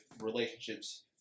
relationships